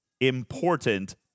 important